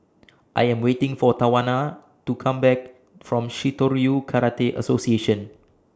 I Am waiting For Tawana to Come Back from Shitoryu Karate Association